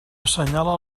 assenyala